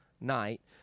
night